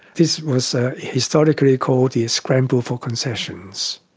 this was historically called the scramble for concessions.